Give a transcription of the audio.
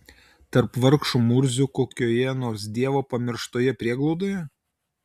tarp vargšų murzių kokioje nors dievo pamirštoje prieglaudoje